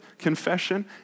confession